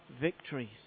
victories